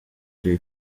jay